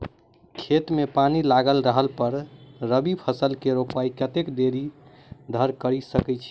खेत मे पानि लागल रहला पर रबी फसल केँ रोपाइ कतेक देरी धरि कऽ सकै छी?